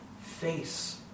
Face